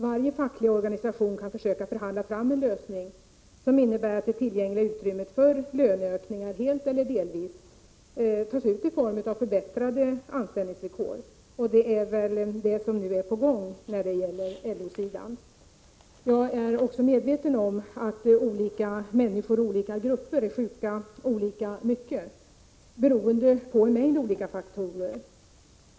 Varje facklig organisation kan försöka förhandla fram en lösning som innebär att det tillgängliga utrymmet för löneökningar helt eller delvis används till att förbättra anställningsvillkoren. Det är väl vad som nu är på gång på LO-sidan. Också jag är medveten om att olika människor och grupper är sjuka olika mycket, beroende på en mängd olika faktorer.